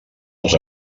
els